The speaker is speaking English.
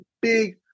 big